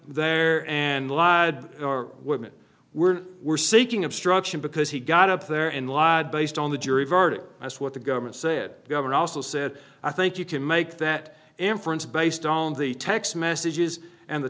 there and the law had or women were were seeking obstruction because he got up there in law based on the jury verdict that's what the government say it governor also said i think you can make that inference based on the text messages and the